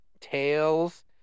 Tails